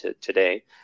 today